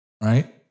right